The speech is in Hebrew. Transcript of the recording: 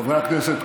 חברי הכנסת,